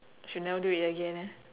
she'll never do it again ya